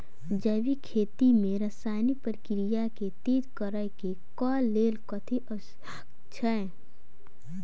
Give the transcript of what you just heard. जैविक खेती मे रासायनिक प्रक्रिया केँ तेज करै केँ कऽ लेल कथी आवश्यक छै?